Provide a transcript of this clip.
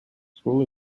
school